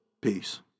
Peace